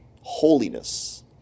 holiness